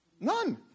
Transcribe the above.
None